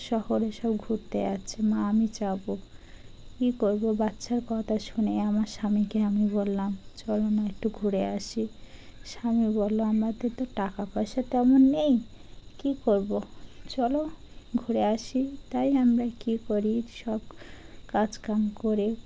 শহরে সব ঘুরতে জাচ্ছে মা আমি যাবো কী করবো বাচ্চার কথা শুনে আমার স্বামীকে আমি বললাম চলো না একটু ঘুরে আসি স্বামী বললো আমাদের তো টাকা পয়সা তেমন নেই কী করবো চলো ঘুরে আসি তাই আমরা কী করি সব কাজকাম করে